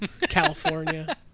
California